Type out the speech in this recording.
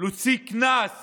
להוציא קנס